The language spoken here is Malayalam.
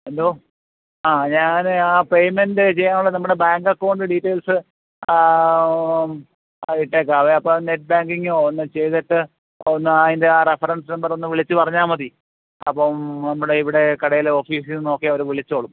എന്തോ ആ ഞാൻ ആ പേയ്മെന്റ് ചെയ്യാനുള്ള നമ്മുടെ ബാങ്ക് അക്കൗണ്ട് ഡീറ്റേയ്ല്സ് ഇട്ടേക്കാവേ അപ്പം നെറ്റ് ബാങ്കിങ്ങോ ഒന്ന് ചെയ്തിട്ട് ഒന്ന് അതിന്റെ ആ റെഫറന്സ് നമ്പറൊന്ന് വിളിച്ച് പറഞ്ഞാൽ മതി അപ്പം നമ്മുടെ ഇവിടെ കടയിലെ ഓഫീസീന്ന് നോക്കിയവർ വിളിച്ചോളും